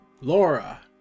Laura